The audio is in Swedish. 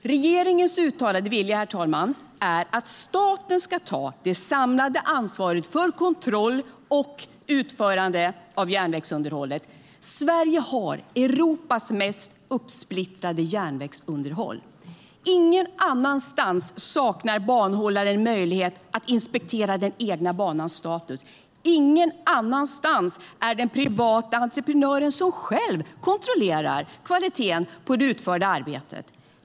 Regeringens uttalade vilja är att staten ska ta det samlade ansvaret för kontroll och utförande av järnvägsunderhållet. Sverige har Europas mest uppsplittrade järnvägsunderhåll. Ingen annanstans saknar banhållaren möjlighet att inspektera den egna banans status. Ingen annanstans är det den privata entreprenören som själv kontrollerar kvaliteten på det utförda arbetet.